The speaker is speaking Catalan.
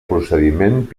procediment